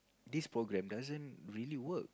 this program doesn't really work